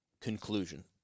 conclusion